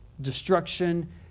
destruction